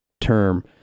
term